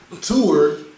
tour